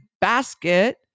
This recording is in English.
basket